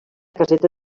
caseta